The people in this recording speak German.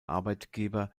arbeitgeber